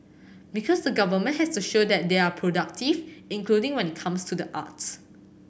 because the government has to show that they are productive including when it comes to the arts